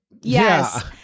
Yes